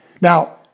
Now